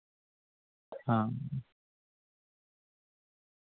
हां